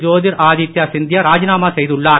ஜோதிராதித்யா சிந்தியா ராஜினாமா செய்துள்ளார்